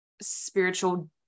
spiritual